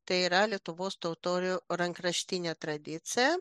tai yra lietuvos totorių rankraštinė tradicija